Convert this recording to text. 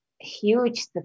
huge